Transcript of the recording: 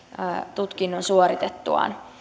tutkinnon suoritettuaan